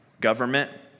government